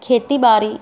खेती ॿारी